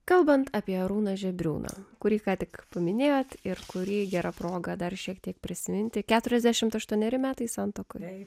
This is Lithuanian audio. kalbant apie arūną žebriūną kurį ką tik paminėjote ir kurį gera proga dar šiek tiek prisiminti keturiasdešimt aštuoneri metai santuokoje